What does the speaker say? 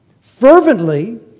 fervently